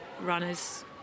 runners